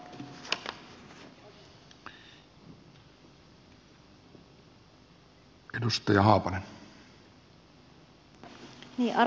arvoisa puhemies